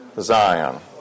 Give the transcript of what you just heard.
Zion